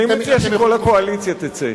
אני מציע שכל הקואליציה תצא,